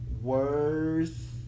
worth